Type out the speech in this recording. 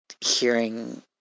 hearing